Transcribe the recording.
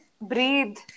breathe